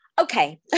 Okay